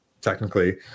technically